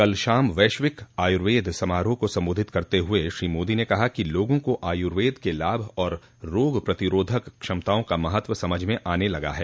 कल शाम वैश्विक आयूर्वेद समारोह को संबोधित करते हुए श्री मोदी ने कहा कि लोगों को आयुर्वेद का लाभ और रोग प्रतिरोधक क्षमताओं का महत्व समझ आने लगा है